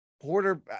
Porter